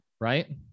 right